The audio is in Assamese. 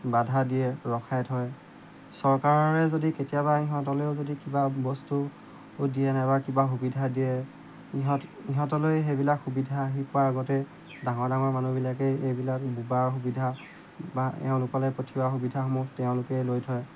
বাধা দিয়ে ৰখাই থয় চৰকাৰৰে যদি কেতিয়াবা ইহঁতলৈও যদি কিবা বস্তু দিয়ে নাইবা কিবা সুবিধা দিয়ে ইহঁত ইহঁতলৈ সেইবিলাক সুবিধা আহি পোৱাৰ আগতে ডাঙৰ ডাঙৰ মানুহবিলাকেই এইবিলাক বোবাৰ সুবিধা বা এওঁলোকলে পঠিওৱা সুবিধাসমূহ তেওঁলোকে লৈ থয়